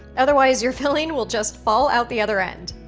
otherwise your filling will just fall out the other end.